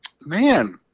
Man